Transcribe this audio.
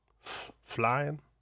flying